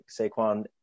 Saquon